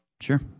sure